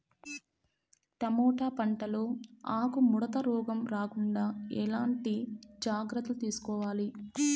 Tomato పంట లో ఆకు ముడత రోగం రాకుండా ఎట్లాంటి జాగ్రత్తలు తీసుకోవాలి?